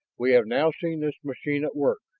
we have now seen this machine at work.